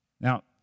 Now